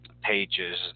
pages